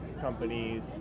companies